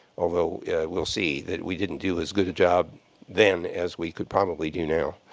although we'll see that we didn't do as good a job then as we could probably do now.